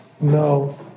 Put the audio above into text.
No